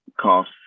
cost